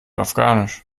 afghanisch